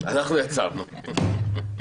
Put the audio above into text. אנחנו יצרנו...